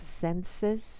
senses